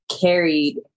carried